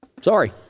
Sorry